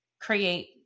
create